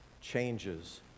changes